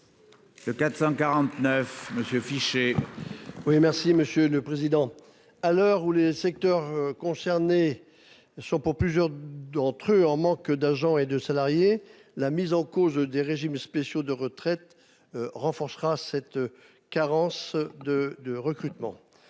Fichet, pour présenter l'amendement n° 449. À l'heure où les secteurs concernés sont, pour plusieurs d'entre eux, en manque d'agents et de salariés, la mise en cause des services spéciaux de retraite renforcera cette carence de recrutement.